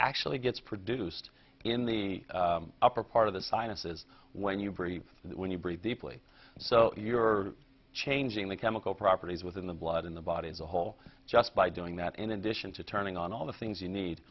actually gets produced in the upper part of the sinuses when you breathe that when you breathe deeply so you're changing the chemical properties within the blood in the body as a whole just by doing that in addition to turning on all the things you need